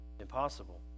Impossible